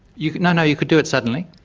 you know no, you could do it suddenly,